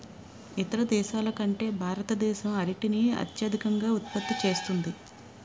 ఇతర దేశాల కంటే భారతదేశం అరటిని అత్యధికంగా ఉత్పత్తి చేస్తుంది